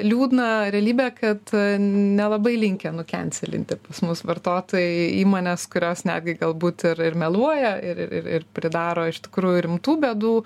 liūdną realybę kad nelabai linkę nukencelinti mūsų vartotojai įmones kurios netgi galbūt ir ir meluoja ir ir ir pridaro iš tikrųjų rimtų bėdų